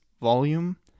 volume